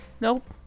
Nope